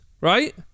right